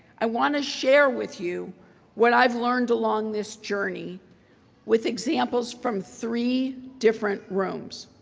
i want to share with you what i've learned along this journey with examples from three different rooms.